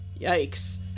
Yikes